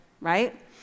right